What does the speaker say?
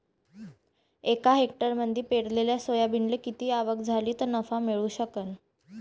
एका हेक्टरमंदी पेरलेल्या सोयाबीनले किती आवक झाली तं नफा मिळू शकन?